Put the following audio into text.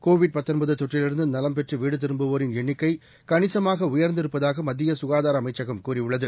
Covid தொற்றிலிருந்துநலம் பெற்றுவீடுதிரும்புவோரின் எண்ணிக்கைகணிசமாகஉயர்ந்திருப்பதாகமத்தியசுகாதாரஅமைச்சகம் கூறியுள்ளது